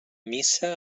missa